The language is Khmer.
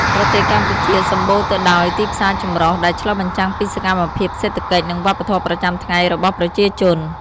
ប្រទេសកម្ពុជា សម្បូរទៅដោយទីផ្សារចម្រុះ ដែលឆ្លុះបញ្ចាំងពីសកម្មភាពសេដ្ឋកិច្ច និងវប្បធម៌ប្រចាំថ្ងៃរបស់ប្រជាជន។